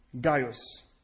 Gaius